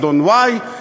אדון y,